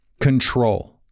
control